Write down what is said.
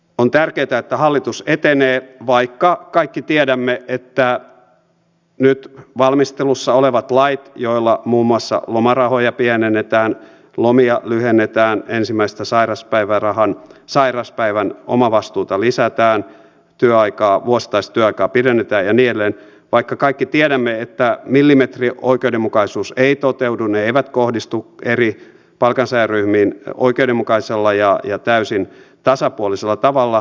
on tärkeätä että hallitus etenee vaikka kaikki tiedämme että nyt valmistelussa olevissa laeissa joilla muun muassa lomarahoja pienennetään lomia lyhennetään ensimmäisen sairauspäivän omavastuuta lisätään vuosittaista työaikaa pidennetään ja mielen paikka kaikki tiedämme että niin edelleen ei millimetrioikeudenmukaisuus toteudu ne eivät kohdistu eri palkansaajaryhmiin oikeudenmukaisella ja täysin tasapuolisella tavalla